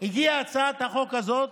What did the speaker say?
הגיעה הצעת החוק הזאת,